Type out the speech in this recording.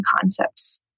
concepts